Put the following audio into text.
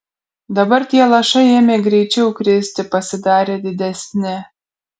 dabar tie lašai ėmė greičiau kristi pasidarė didesni